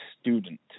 student